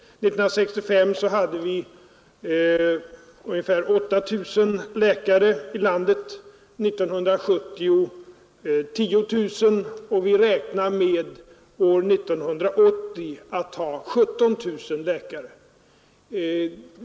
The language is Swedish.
År 1965 fanns här i landet ungefär 8 000 läkare, år 1970 var antalet 10 000, och vi räknar med att ha 17 000 läkare år 1980.